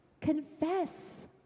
confess